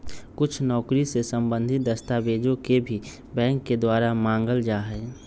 कुछ नौकरी से सम्बन्धित दस्तावेजों के भी बैंक के द्वारा मांगल जा हई